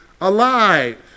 alive